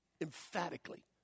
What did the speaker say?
emphatically